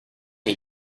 cái